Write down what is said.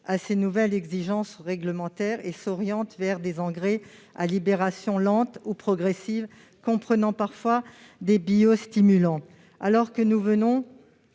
à ces nouvelles exigences réglementaires et s'oriente vers des engrais à libération lente ou progressive, comprenant parfois des biostimulants. Alors que nous sommes